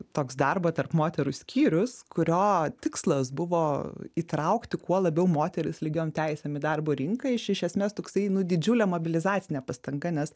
toks darbo tarp moterų skyrius kurio tikslas buvo įtraukti kuo labiau moteris lygiom teisėm į darbo rinką iš iš esmės toksai nu didžiulė mobilizacinė pastanga nes